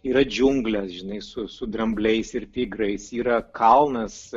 yra džiunglės žinai su su drambliais ir tigrais yra kalnas